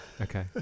Okay